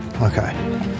Okay